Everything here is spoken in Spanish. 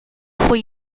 fue